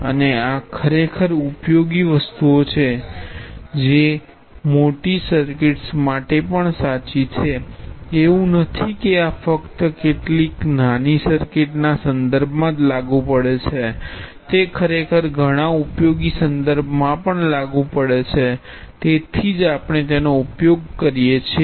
અને આ ખરેખર ઉપયોગી વસ્તુઓ છે જે મોટી સર્કિટ્સ માટે પણ સાચી છે એવું નથી કે આ ફક્ત કેટલીક નાની સર્કિટ ના સંદર્ભમાં જ લાગુ પડે છે તે ખરેખર ઘણા ઉપયોગી સંદર્ભમાં પણ લાગુ પડે છે તેથી જ આપણે તેનો ઉપયોગ કરીએ છીએ